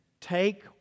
take